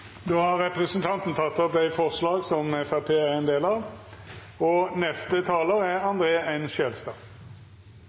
Da har representanten Tuva Moflag tatt opp de forslagene hun refererte til. Helsepersonell er en av